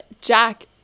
Jack